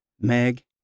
Meg